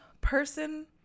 person